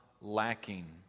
lacking